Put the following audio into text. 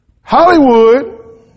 Hollywood